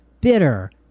bitter